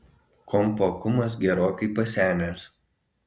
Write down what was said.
kompo akumas gerokai pasenęs